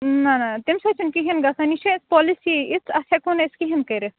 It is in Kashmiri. نَہ نَہ نَہ تَمہِ سۭتۍ چھُنہٕ کیٚنٛہہ گَژھان یہِ چھِ اَتھ پالسیی یِژھ اتھ ہیٚکو نہٕ أسۍ کہینۍ کٔرِتھ